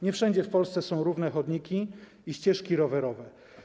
Nie wszędzie w Polsce są równe chodniki i ścieżki rowerowe.